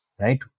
right